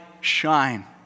shine